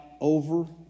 over